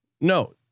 No